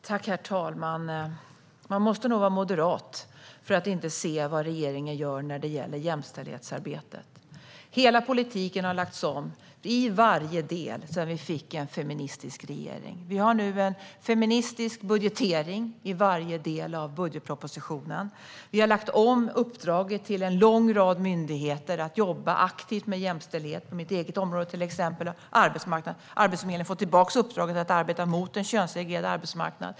Herr talman! Man måste nog vara moderat för att inte se vad regeringen gör när det gäller jämställdhetsarbetet. Hela politiken har lagts om i varje del sedan vi fick en feministisk regering. Vi har nu en feministisk budgetering i varje del av budgetpropositionen. Vi har lagt om uppdragen till en lång rad myndigheter för att de ska jobba aktivt med jämställdhet. Till exempel på mitt eget område har Arbetsförmedlingen fått tillbaka uppdraget att arbeta för en mindre könssegregerad arbetsmarknad.